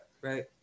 right